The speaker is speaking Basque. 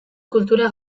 kultura